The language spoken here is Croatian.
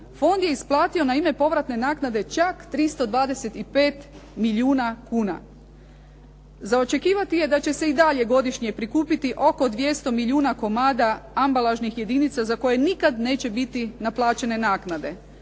fond je isplatio na ime povratne naknade čak 325 milijuna kuna. Za očekivati je da će se i dalje godišnje prikupiti oko 200 milijuna komada ambalažnih jedinica za koje nikada neće biti naplaćene naknade.